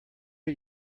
are